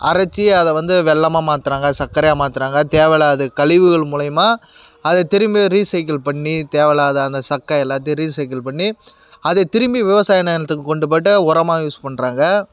அரைச்சு அதை வந்து வெல்லமாக மாற்றுறாங்க சக்கரையாக மாற்றுறாங்க தேவையில்லாத கழிவுகள் மூலிமா அதை திரும்பியும் ரீசைக்கிள் பண்ணி தேவையில்லாத அந்த சக்கையை எல்லாதையும் ரீசைக்கிள் பண்ணி அதை திரும்பி விவசாய நிலத்துக்கு கொண்டு போய்ட்டு உரமா யூஸ் பண்ணுறாங்க